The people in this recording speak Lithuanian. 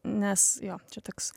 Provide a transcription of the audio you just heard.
nes jo čia toks